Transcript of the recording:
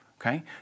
okay